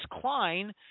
Klein